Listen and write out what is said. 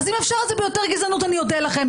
אז אם אפשר את זה ביותר גזענות אני אודה לכם.